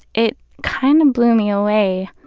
it kind of blew me away.